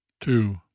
Two